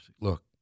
look